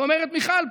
אומרת מיכל,